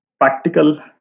practical